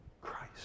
Christ